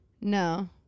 No